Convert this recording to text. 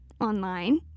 online